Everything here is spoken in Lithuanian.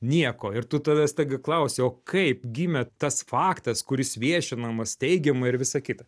nieko ir tu tada staiga klausi o kaip gimė tas faktas kuris viešinamas teigiama ir visa kita